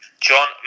John